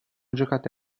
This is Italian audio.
giocate